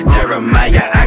Jeremiah